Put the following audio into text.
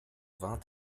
vingt